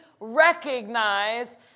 recognize